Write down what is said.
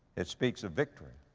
it speaks of victory.